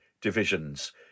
divisions